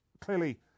clearly